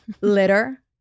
litter